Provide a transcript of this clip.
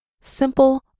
Simple